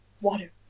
Water